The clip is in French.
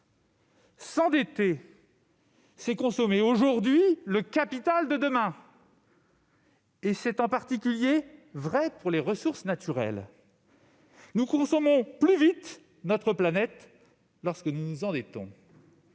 s'endetter, c'est consommer aujourd'hui le capital de demain. C'est vrai en particulier pour les ressources naturelles. Nous consommons plus vite notre planète lorsque nous nous endettons.